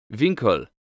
Winkel